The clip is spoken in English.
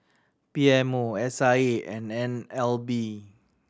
P M O S I A and N L B